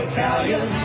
Italian